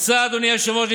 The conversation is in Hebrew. מוצע אדוני היושב-ראש,